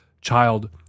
child